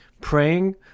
praying